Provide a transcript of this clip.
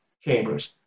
chambers